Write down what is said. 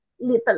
little